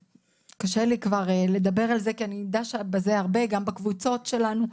קשה לי כבר לדבר על זה כי אני דשה בזה הרבה גם בקבוצות שלנו,